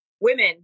women